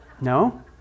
No